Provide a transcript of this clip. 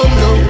no